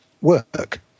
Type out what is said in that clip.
work